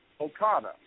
Okada